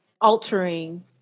altering